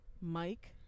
Mike